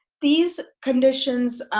these conditions,